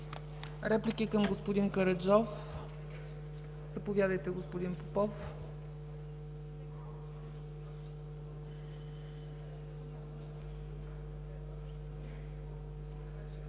Реплики към господин Караджов? Заповядайте, господин Попов.